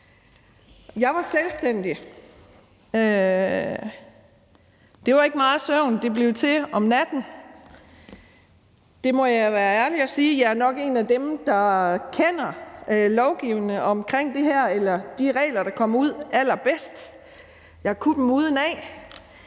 Jeg var selvstændig. Det var ikke meget søvn, det blev til om natten; det må jeg være ærlig og sige. Jeg er nok en af dem, der kender de regler, der kom ud, allerbedst. Jeg kunne dem udenad.